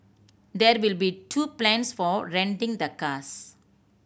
there will be two plans for renting the cars